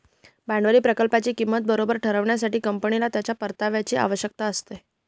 भांडवली प्रकल्पाची किंमत बरोबर ठरविण्यासाठी, कंपनीला त्याच्या परताव्याची आवश्यकता असते